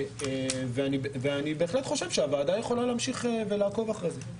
אני בהחלט חושב שהוועדה יכולה להמשיך ולעקוב אחרי זה.